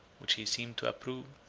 which he seemed to approve,